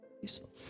useful